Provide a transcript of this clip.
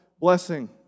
blessing